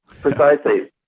Precisely